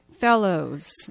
fellows